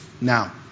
Now